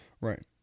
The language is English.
Right